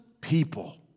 people